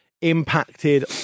impacted